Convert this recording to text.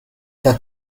that